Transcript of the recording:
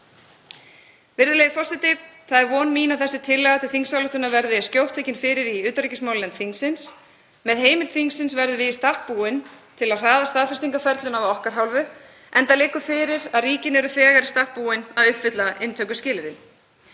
Virðulegi forseti. Það er von mín að þessi tillaga til þingsályktunar verði skjótt tekin fyrir í utanríkismálanefnd þingsins. Með heimild þingsins verðum við í stakk búin til að hraða staðfestingarferlinu af okkar hálfu enda liggur fyrir að ríkin eru þegar í stakk búin að uppfylla inntökuskilyrði.